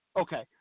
okay